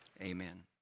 amen